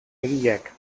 egileak